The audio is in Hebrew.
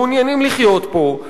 מעוניינים לחיות פה,